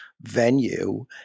Venue